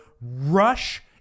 rush